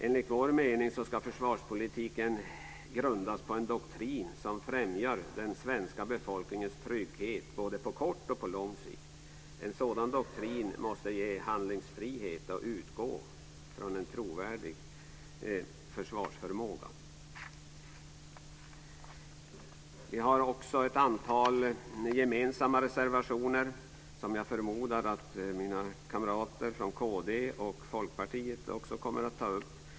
Enligt vår mening ska försvarspolitiken grundas på en doktrin som främjar den svenska befolkningens trygghet både på kort och lång sikt. En sådan doktrin måste ge handlingsfrihet och utgå från en trovärdig försvarsförmåga. Vi har också ett antal gemensamma reservationer som jag förmodar att mina kamrater från kd och Folkpartiet kommer att ta upp.